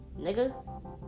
Nigga